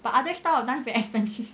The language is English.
but other style of dance very expensive